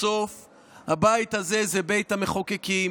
בסוף הבית הזה זה בית המחוקקים.